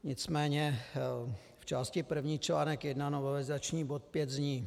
Nicméně v části první článek 1 novelizační bod 5 zní: